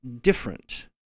different